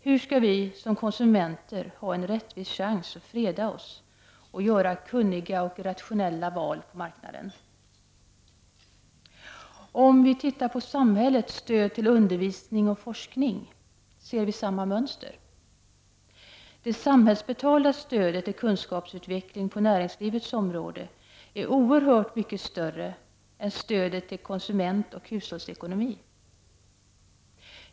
Hur skall vi som konsumenter ha en rättvis chans att freda oss och göra kunniga och rationella val på marknaden? Om vi tittar på samhällets stöd till undervisning och forskning ser vi samma mönster. Det samhällsbetalda stödet till kunskapsutveckling på näringslivets område är oerhört mycket större än stödet till konsumentoch hushållsekonomi.